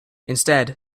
instead